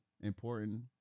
important